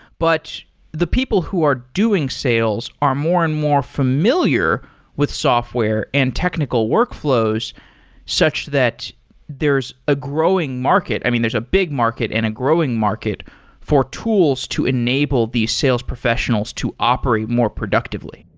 but the people who are doing sales are more and more familiar with software and technical workflows such that there's a growing market. i mean, there're a big market and a growing market for tools to enable these sales professionals to operate more productively.